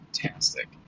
fantastic